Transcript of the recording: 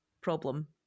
problem